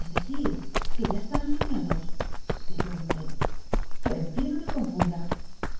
es decil qua ya csttin asociados le pregunté que el cielo le confunda